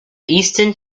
eastern